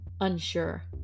unsure